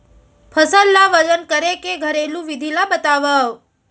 फसल ला वजन करे के घरेलू विधि ला बतावव?